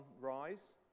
rise